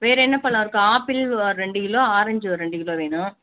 வேறு என்ன பழம் இருக்குது ஆப்பிள் ஒரு ரெண்டு கிலோ ஆரஞ்சு ஒரு ரெண்டு கிலோ வேணும்